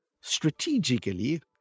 strategically